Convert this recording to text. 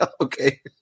okay